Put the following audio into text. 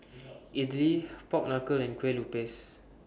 Idly Pork Knuckle and Kueh Lupis